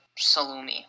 salumi